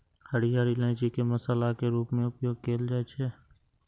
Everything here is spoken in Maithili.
हरियर इलायची के मसाला के रूप मे उपयोग कैल जाइ छै